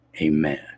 amen